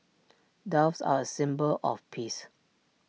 doves are A symbol of peace